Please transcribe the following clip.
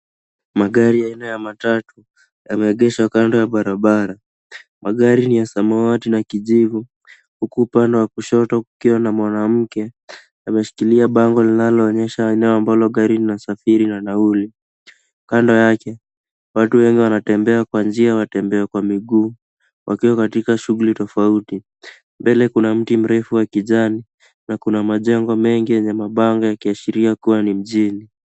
Magari aina ya matatu yemeegeshwa kando ya barabara. Magari ni ya samawati na kijivu huku upande wa kushoto kukiwa na mwanamke ameshikilia bango linaloonyesha eneo ambalo gari linasafiri na nauli. Kando yake, watu wengi wanatembea kwa njia ya watembea kwa miguu wakiwa katika shughuli tofauti. Mbele kuna mti mrefu wa kijani na kuna majengo mengi yenye mabango yakiashiria kuwa ni mjini.